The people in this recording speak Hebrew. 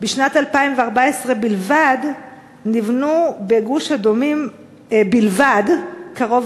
בשנת 2014 בלבד נבנו בגוש-אדומים בלבד קרוב